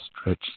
stretch